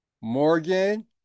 Morgan